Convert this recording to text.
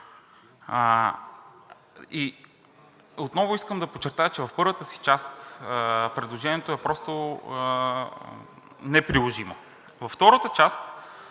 Отново искам да подчертая, че в първата си част предложението е просто неприложимо.